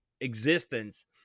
existence